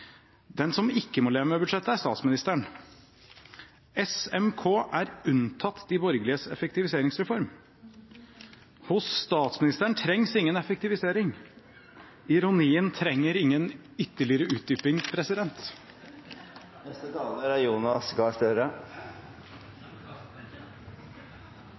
Den som ikke må leve med budsjettet, er statsministeren. SMK er unntatt de borgerliges effektiviseringsreform. Hos statsministeren trengs ingen effektivisering. Ironien trenger ingen ytterligere utdyping.